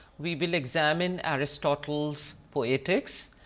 we will examine aristotle's poetics,